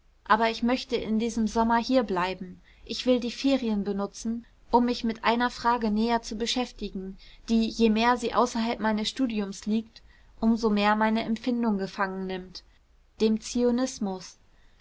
aber ich möchte in diesem sommer hier bleiben ich will die ferien benutzen um mich mit einer frage näher zu beschäftigen die je mehr sie außerhalb meines studiums liegt um so mehr meine empfindung gefangen nimmt dem zionismus